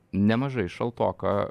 nemažai šaltoka